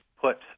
put